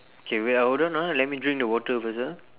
okay wait ah hold on ah let me drink the water first ah